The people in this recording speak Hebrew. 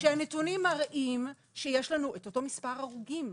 שהנתונים מראים שיש לנו את אותו מספר הרוגים,